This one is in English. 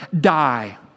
die